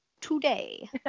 today